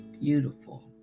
beautiful